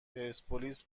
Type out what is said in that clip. پرسپولیس